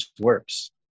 works